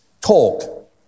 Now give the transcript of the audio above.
talk